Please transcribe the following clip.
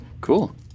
cool